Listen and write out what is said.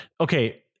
Okay